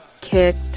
kicked